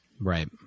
Right